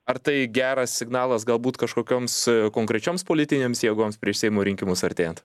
ar tai geras signalas galbūt kažkokioms konkrečioms politinėms jėgoms prieš seimo rinkimus artėjant